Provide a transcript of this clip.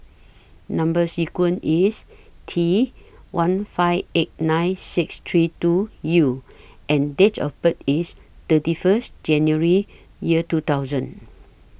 Number sequence IS T one five eight nine six three two U and Date of birth IS thirty First January Year two thousand